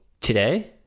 today